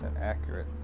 accurate